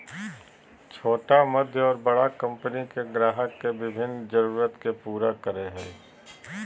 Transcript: छोटा मध्य और बड़ा कंपनि के ग्राहक के विभिन्न जरूरत के पूरा करय हइ